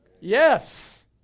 Yes